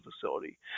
facility